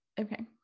Okay